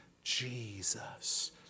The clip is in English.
Jesus